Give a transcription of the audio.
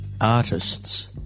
Artists